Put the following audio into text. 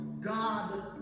God